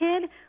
kid